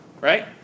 right